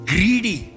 Greedy